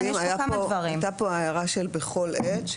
הייתה כאן הערה של "בכל עת".